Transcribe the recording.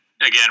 again